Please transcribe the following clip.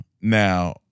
Now